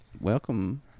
Welcome